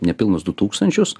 nepilnus du tūkstančius